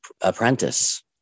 apprentice